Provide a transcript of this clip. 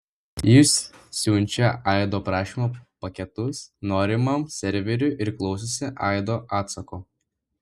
jis siunčia aido prašymo paketus norimam serveriui ir klausosi aido atsako